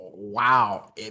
Wow